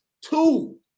Two